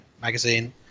magazine